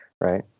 right